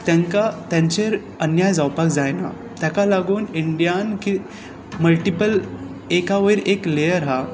तेंकां तांचेर अन्याय जावपाक जायना तेका लागून इंडियांत मल्टीपल एका वयर एक लेयर हा